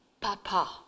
Papa